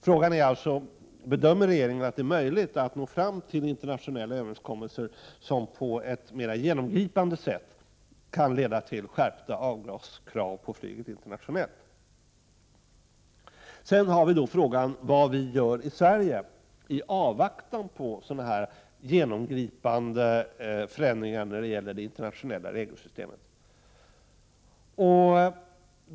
Frågan är alltså: Bedömer regeringen att det är möjligt att nå fram till internationella överenskommelser, som på ett mer genomgripande sätt kan leda till skärpta avgaskrav på flyget internationellt? Sedan har vi frågan vad vi gör i Sverige i avvaktan på genomgripande förändringar i det internationella regelsystemet.